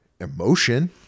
emotion